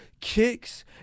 Kicks